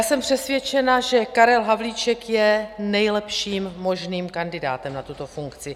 Jsem přesvědčena, že Karel Havlíček je nejlepším možným kandidátem na tuto funkci.